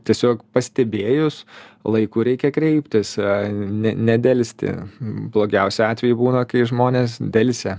tiesiog pastebėjus laiku reikia kreiptis ne nedelsti blogiausiu atveju būna kai žmonės delsia